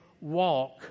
walk